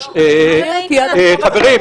--- חברים.